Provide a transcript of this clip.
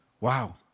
wow